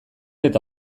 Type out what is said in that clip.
eta